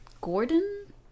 gordon